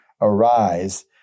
arise